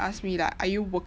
ask me like are you working